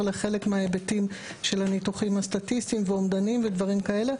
לחלק מההיבטים של הניתוחים הסטטיסטיים ואומדנים ודברים כאלה.